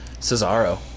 Cesaro